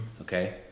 okay